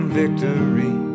victory